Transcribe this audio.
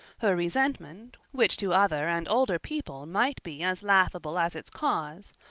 her resentment, which to other and older people might be as laughable as its cause,